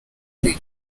the